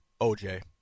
OJ